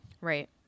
Right